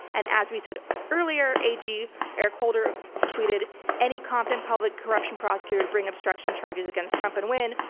and as we said earlier, ag eric holder tweeted any competent public corruption prosecutor to bring obstruction charges against trump and win,